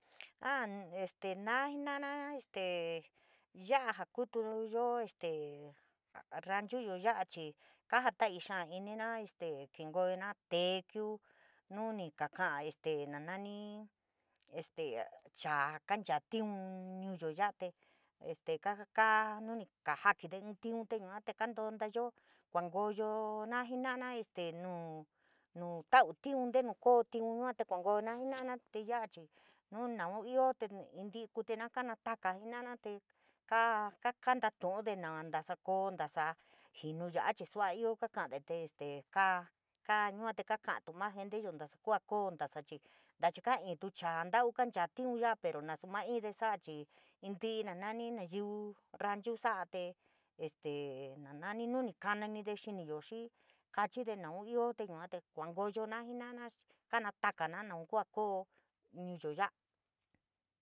a este naa jenara este ya’a jaa kuutuyo este a ranchuyo ya’a, chii kajataii xaa inina este kinkoyona tequio, nuni ka kaa este na nani este chaa kanchaa tiun ñuyo yaa te, este kaa nunii kajakinte inn tiun te yuate kaa tontayo kuankoyona na jinana, este nuu nuu tau tiun ntenu koo tiun yua te kuankoyona jena’na te ya’a chii nuu nau ioote intii kuítí te kanatakana jenana te kaa ka kantatu’unde, naa ntasa koo, ntasa jinu yaá chii sua ioo kakade, te este kaa kaa yuate kaka’atu maa jentuyo ntasa kua koo ntasa chii, ntaachi kaa inn tu chaa ntau kanchatiun yaa pero ncasu ma inde sa’a chii inti’i na nani nayiu ranchu sa’a te este na nani nu nu kaananide xiniyo xii kachide naun nu ioote yua te kuankoyona jina’ana, kanotakana naun kua ja koo ñuuyo ya.